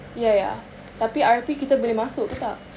ya ya tapi R_P kita boleh masuk ke tak